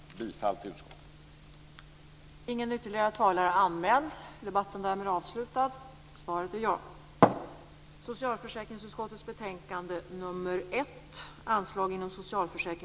Jag yrkar bifall till utskottets hemställan.